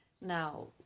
Now